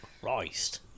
Christ